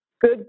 good